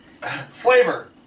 Flavor